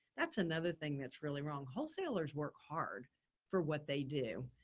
that's another thing that's really wrong. wholesalers work hard for what they do.